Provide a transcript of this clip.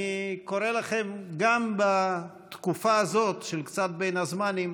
אני קורא לכם גם בתקופה הזאת, של קצת בין הזמנים,